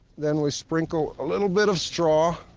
then we sprinkle a little bit of straw.